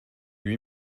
lui